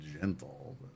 gentle